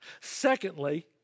Secondly